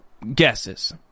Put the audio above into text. guesses